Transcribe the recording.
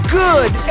good